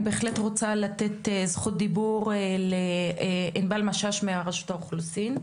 אני בהחלט רוצה לתת זכות דיבור לענבל משש מרשות האוכלוסין.